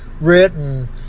written